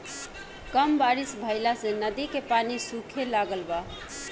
कम बारिश भईला से नदी के पानी सूखे लागल बा